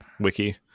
wiki